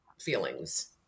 feelings